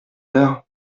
heure